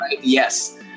yes